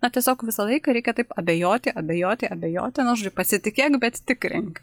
na tiesiog visą laiką reikia taip abejoti abejoti abejoti na žodžiu pasitikėk bet tikrink